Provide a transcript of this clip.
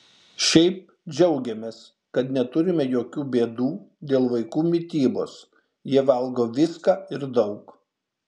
šiaip džiaugiamės kad neturime jokių bėdų dėl vaikų mitybos jie valgo viską ir daug